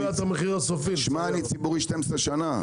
אנחנו חברה ציבורית כ-12 שנים,